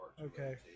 Okay